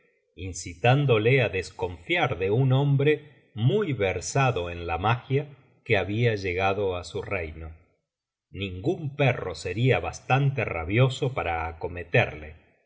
incitándole á desconfiar de un hombre muy versado en la magia que habia llegado á su reino ningun perro seria bastante rabioso para acometerle en